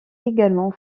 également